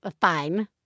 fine